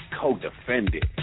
co-defendant